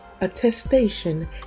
attestation